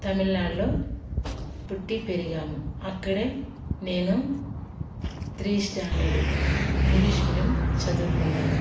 తమిళనాడులో పుట్టి పెరిగాము అక్కడే నేను త్రీ స్టాండర్డు ఇంగ్లీష్ మీడియం చదువుకున్నాను